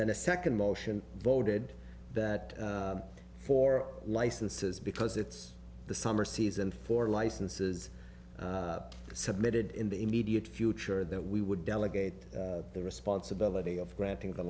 then a second motion voted that for licenses because it's the summer season for licenses submitted in the immediate future that we would delegate the responsibility of granting